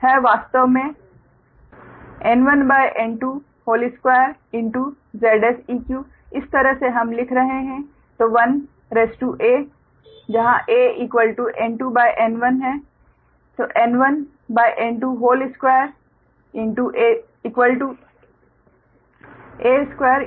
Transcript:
तो वह है वास्तव में 2 Zseq इस तरह से हम लिख रहे हैं 1 a a N2 N1 ठीक है 2 a2 Zseq इस एक में